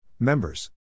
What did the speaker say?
Members